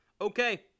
Okay